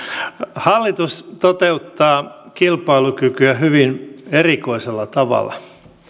hallitus toteuttaa kilpailukykyä hyvin erikoisella tavalla